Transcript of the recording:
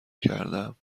کردم